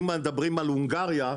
אם מדברים על הונגריה,